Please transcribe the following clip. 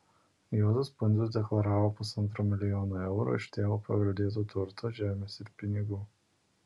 juozas pundzius deklaravo pusantro milijono eurų iš tėvo paveldėto turto žemės ir pinigų